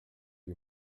you